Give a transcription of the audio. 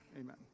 Amen